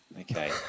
Okay